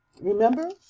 Remember